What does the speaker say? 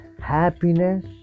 happiness